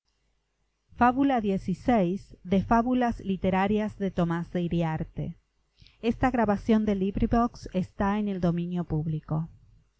libraries fábulas literarias de tomás de iriarte edición